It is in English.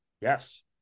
Yes